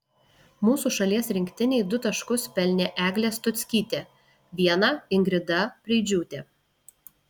mūsų šalies rinktinei du taškus pelnė eglė stuckytė vieną ingrida preidžiūtė